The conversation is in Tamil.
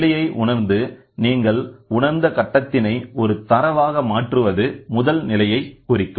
நிலையை உணர்ந்து நீங்கள் உணர்ந்த கட்டத்தினை ஒரு தரவாக மாற்றுவது முதல் நிலையை குறிக்கும்